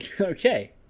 Okay